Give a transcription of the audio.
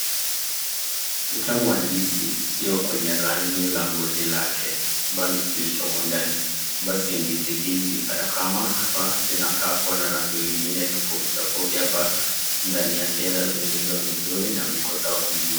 Utamu wa ndizi sio kwenye rangi la ngozi lake bali kilichomo ndani. Basi ndizi hizi hata kama zinakaa kuwa na rangi lingine tofauti tofauti, hapa ndani yake zimeiva vizuri viko sawa kuliwa.